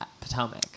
Potomac